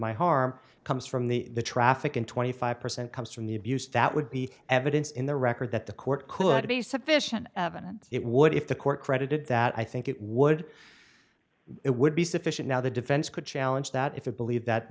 my harm comes from the traffic and twenty five percent comes from the abuse that would be evidence in the record that the court could be sufficient evidence it would if the court credited that i think it would it would be sufficient now the defense could challenge that if it believed that